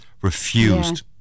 refused